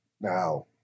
Now